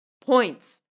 points